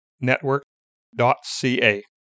network.ca